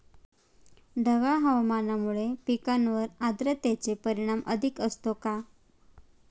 ढगाळ हवामानामुळे पिकांवर आर्द्रतेचे परिणाम अधिक असतो का?